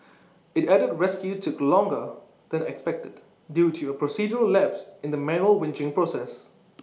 IT added rescue took longer than expected due to A procedural lapse in the manual winching process